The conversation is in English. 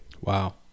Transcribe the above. Wow